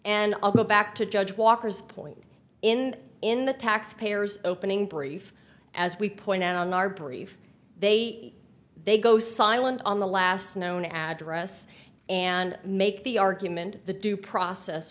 and i'll go back to judge walker's point in in the taxpayer's opening brief as we point out on our brief they they go silent on the last known address and make the argument the due process